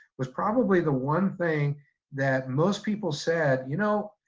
was probably the one thing that most people said, you know,